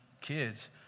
kids